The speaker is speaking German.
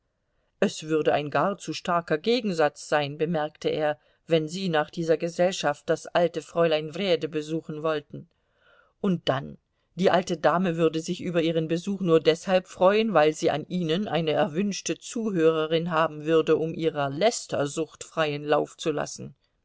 es würde ein gar zu starker gegensatz sein bemerkte er wenn sie nach dieser gesellschaft das alte fräulein wrede besuchen wollten und dann die alte dame würde sich über ihren besuch nur deshalb freuen weil sie an ihnen eine erwünschte zuhörerin haben würde um ihrer lästersucht freien lauf zu lassen